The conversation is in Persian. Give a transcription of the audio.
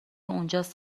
اونجاست